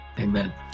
Amen